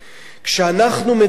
כשאנחנו מדברים,